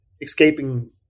escaping